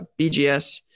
BGS